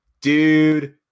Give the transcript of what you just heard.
dude